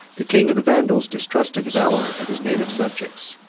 the king of the vandals distrusted the valor of his native subjects,